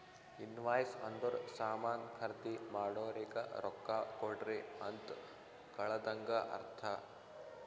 invoice ಅಂದುರ್ ಸಾಮಾನ್ ಖರ್ದಿ ಮಾಡೋರಿಗ ರೊಕ್ಕಾ ಕೊಡ್ರಿ ಅಂತ್ ಕಳದಂಗ ಅರ್ಥ